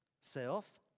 self